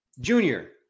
Junior